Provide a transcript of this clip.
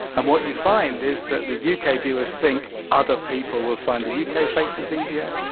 and what you find is that the u k. viewers think other people will find the u k. faces easier.